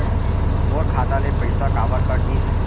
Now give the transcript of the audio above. मोर खाता ले पइसा काबर कट गिस?